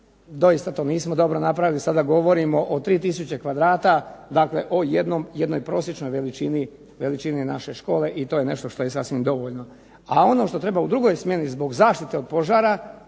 Doista to nismo dobro napravili, sada govorimo o 3 tisuće kvadrata, dakle o jednom, jednoj prosječnoj veličini naše škole i to je nešto što je sasvim dovoljno. A ono što treba u drugoj smjeni zbog zaštite od požara